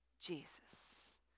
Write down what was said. Jesus